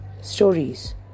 stories